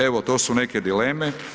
Evo, to su neke dileme.